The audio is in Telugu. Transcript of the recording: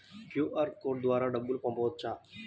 క్యూ.అర్ కోడ్ ద్వారా డబ్బులు పంపవచ్చా?